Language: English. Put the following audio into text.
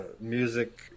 music